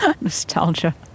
nostalgia